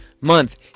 month